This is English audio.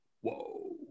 Whoa